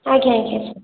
ଆଜ୍ଞା ଆଜ୍ଞା